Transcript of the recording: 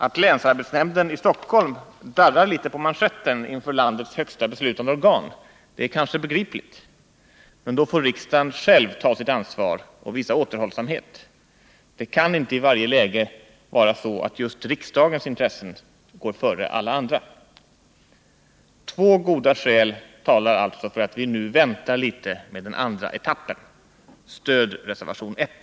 Att länsarbetsnämnden i Stockholm darrar litet på manschetten inför landets högsta beslutande organ är kanske begripligt. Men då får riksdagen själv ta sitt ansvar och visa återhållsamhet — det kan inte i varje läge vara så, att just riksdagens intressen går före alla andra. Två goda skäl talar alltså för att vi nu väntar litet med den andra etappen. Stöd reservation 1!